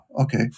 okay